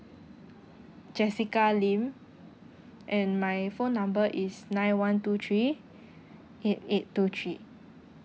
jessica lim and my phone number is nine one two three eight eight two three